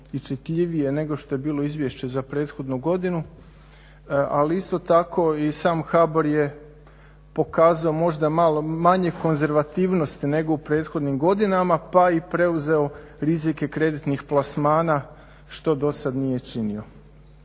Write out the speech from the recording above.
i čitljivije nego što je bilo izvješće za prethodnu godinu. Ali isto tako i sam HBOR je pokazao možda malo manje konzervativnosti nego u prethodnim godinama pa i preuzeo rizike kreditnih plasmana što dosad nije činio.